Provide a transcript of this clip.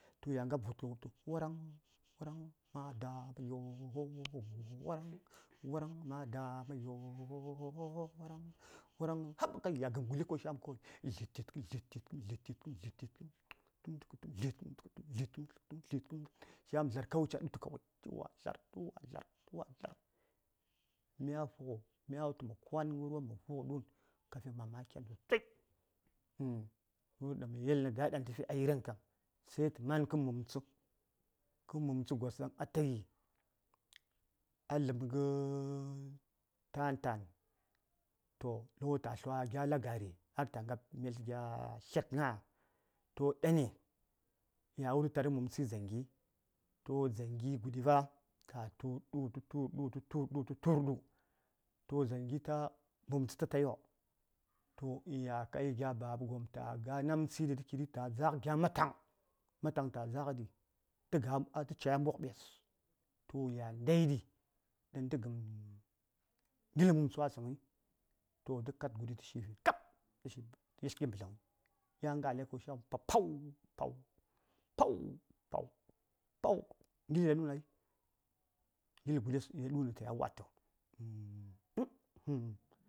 ﻿Toh ya ghab vudkən yi wultu waraŋ, waraŋ waraŋ, waraŋ, madamayo-o-o waraŋ, waraŋ waraŋ, waraŋ, madamayo-o-o waraŋ, waraŋ haba kai ya gəm guli sai a wum drum bit sai a wum dlar kawai ci ɗutə kawai ci wa dlar tə wa dlar tə wa dlar mya fughən mya wultu mə kwangəni ghərwon mə fughə dwun kam kafi mamaken sosai uhn ghərwon ɗaŋ məyel nada: ɗan tə fi a yiran kam sai tə ma:n nə kə mumtsə, mumtsə gos ɗaŋ atayi a ləpm ghə tan tan toh ləbyo ɗaŋ ta tlwa gya lagari har ta ngab mel tə gya tlyed gna toh ɗani wultu tə tar mumtsəi dzaŋyi toh dzaŋyi guɗi fa ta tu:r ɗu tə tu:r ɗu toh dzaŋgi ta mumtsɚ ta tai yo dzaŋgi daŋ mumtsə ta tai to ka yel gya Baba gom ta ga namtsəiɗi ta dzak gya mataŋ ɗi tɚ cai a mbuk ɓes to ya ndai ɗi daŋ tə gəm ngil mumtsə masəngəi to tə kad guɗi tə shi gibdən kab tə yetl ken bətləmi ya ngalai to ka wum paw-paw paw pa paw paw paw paw ngili ɗa ɗuni ai ngil gə guɗes.